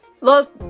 look